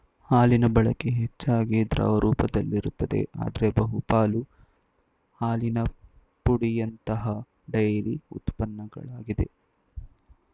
ಹಾಲಿನಬಳಕೆ ಹೆಚ್ಚಾಗಿ ದ್ರವ ರೂಪದಲ್ಲಿರುತ್ತದೆ ಆದ್ರೆ ಬಹುಪಾಲು ಹಾಲಿನ ಪುಡಿಯಂತಹ ಡೈರಿ ಉತ್ಪನ್ನಗಳಲ್ಲಿದೆ